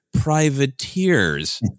privateers